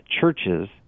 churches